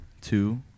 two